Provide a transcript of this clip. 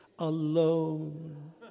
Alone